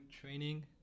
training